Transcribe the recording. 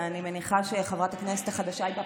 ואני מניחה שחברת הכנסת החדשה הייתה,